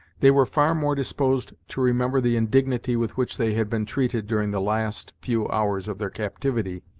they were far more disposed to remember the indignity with which they had been treated during the last few hours of their captivity,